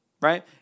right